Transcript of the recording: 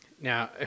Now